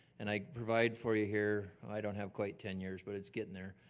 and i provide for you here, i don't have quite tenures, but it's getting there,